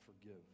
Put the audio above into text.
forgive